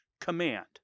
command